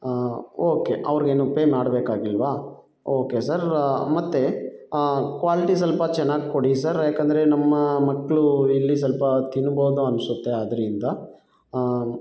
okay ಅವರಿಗೇನೂ pay ಮಾಡಬೇಕಾಗಿಲ್ವಾ okay sir ಮತ್ತು ಕ್ವಾಲಿಟಿ ಸ್ವಲ್ಪ ಚೆನ್ನಾಗಿ ಕೊಡಿ ಸರ್ ಯಾಕಂದರೆ ನಮ್ಮ ಮಕ್ಕಳು ಇಡ್ಲಿ ಸ್ವಲ್ಪ ತಿನ್ಬೋದು ಅನ್ನಿಸುತ್ತೆ ಅದರಿಂದ